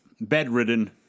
bedridden